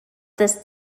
this